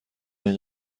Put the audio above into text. این